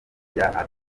rya